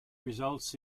results